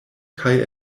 kaj